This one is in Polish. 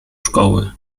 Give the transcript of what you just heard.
szkoły